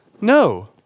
No